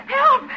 Help